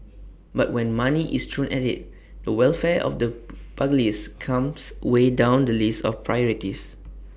but when money is thrown at IT the welfare of the pugilists comes way down the list of privatise